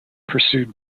pursued